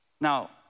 Now